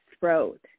throat